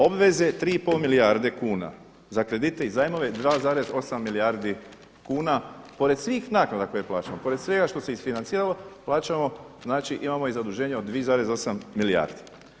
Obveze 3,5 milijarde kuna, za kredite i zajmove 2,8 milijardi kuna pored svih naknada koje plaćamo, pored svega šte se isfinanciralo plaćamo, znači imao i zaduženje od 2,8 milijardi.